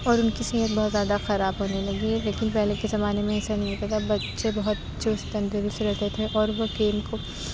اور اُن کی صحت بہت زیادہ خراب ہونے لگی ہے لیکن پہلے کے زمانے میں ایسا نہیں ہوتا تھا بچے بہت چُست تندرست رہتے تھے اور وہ کھیل کو